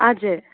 हजुर